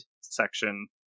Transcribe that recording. section